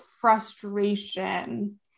frustration